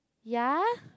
ya